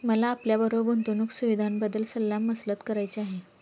मला आपल्याबरोबर गुंतवणुक सुविधांबद्दल सल्ला मसलत करायची आहे